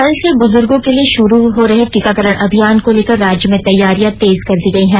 कल से बुजुर्गों के लिए शुरू हो रहे टीकाकरण अभियान को लेकर राज्य में तैयारियां तेज कर दी गई हैं